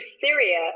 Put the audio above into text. Syria